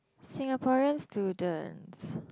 Singaporean students